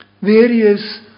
various